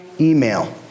email